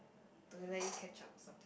to let you catch up or something